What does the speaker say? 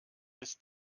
bis